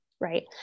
right